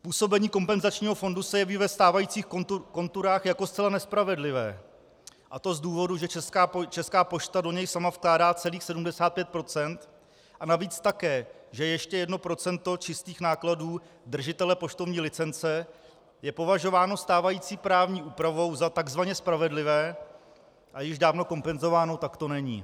Působení kompenzačního fondu se jeví ve stávajících konturách jako zcela nespravedlivé, a to z důvodu, že Česká pošta sama do něj vkládá celých 75 %, a navíc také že ještě 1 % čistých nákladů držitele poštovní licence je považováno stávající právní úpravou za takzvaně spravedlivé a již dávno kompenzováno takto není.